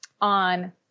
on –